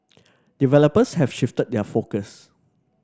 developers have shifted their focus